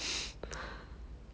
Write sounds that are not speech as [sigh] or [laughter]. [laughs]